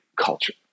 culture